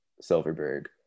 Silverberg